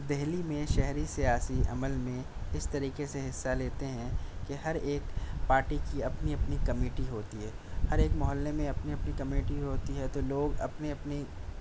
دہلی میں شہری سیاسی عمل میں اِس طریقے سے حصّہ لیتے ہیں کہ ہر ایک پارٹی کی اپنی اپنی کمیٹی ہوتی ہے ہر ایک محلے میں اپنی اپنی کمیٹی ہوتی ہے تو لوگ اپنی اپنی